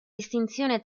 distinzione